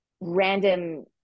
random